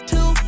Two